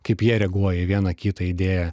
kaip jie reaguoja į vieną kitą idėją